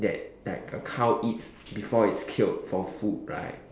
that like a cow eats before it's killed for food right